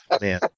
Man